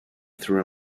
threw